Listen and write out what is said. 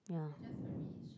ya